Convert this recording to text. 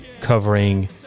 covering